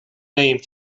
name